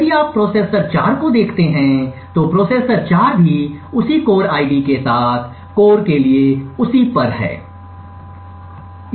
यदि आप प्रोसेसर 4 को देखते हैं तो प्रोसेसर 4 भी उसी कोर आईडी के साथ कोर के लिए उसी पर है